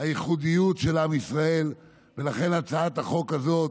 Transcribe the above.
הייחודיות של עם ישראל, ולכן הצעת החוק הזאת